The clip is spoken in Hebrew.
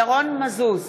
ירון מזוז,